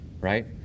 right